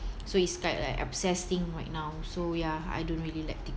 so it's kind like obsess thing right now so ya I don't really like tik